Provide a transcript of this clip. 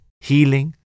healing